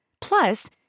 Plus